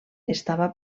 estava